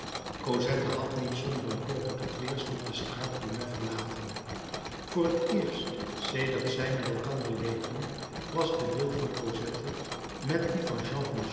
cosette had niet zonder een poging tot wederstand de straat plumet verlaten voor het eerst sedert zij met elkander leefden was de wil van cosette met dien van